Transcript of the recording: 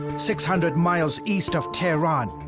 six hundred miles east of tehran,